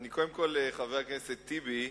חבר הכנסת טיבי,